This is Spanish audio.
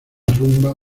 rumba